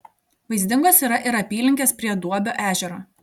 vaizdingos yra ir apylinkės prie duobio ežero